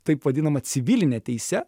taip vadinama civiline teise